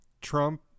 Trump